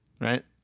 right